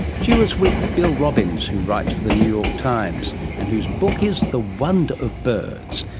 she was with bill robbins who writes for the new york times and whose book is the wonder of birds.